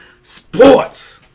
Sports